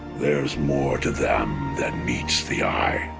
there is more to them than meets the eye.